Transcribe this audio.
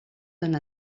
donne